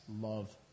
love